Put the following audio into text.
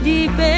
deep